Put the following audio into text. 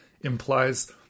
implies